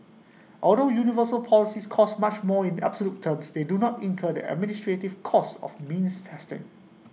although universal policies cost much more in absolute terms they do not incur the administrative costs of being tested